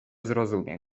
zrozumie